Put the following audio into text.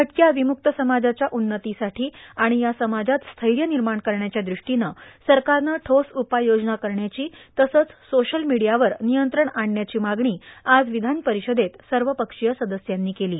भटक्या विमुक्त समाजाच्या उन्नतीसाठी आणि या समाजात स्थैर्य निर्माण करण्याच्या द्रष्टीनं सरकारनं ठोस उपाययोजना करण्याची तसंच सोशल मीडियावर नियंत्रण आणण्याची मागणी आज विधान परिषदेत सर्वपक्षीय सदस्यांनी केली